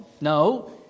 No